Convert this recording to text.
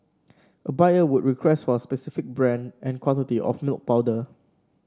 a buyer would request for a specific brand and quantity of milk powder